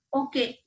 okay